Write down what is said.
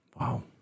Wow